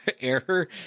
error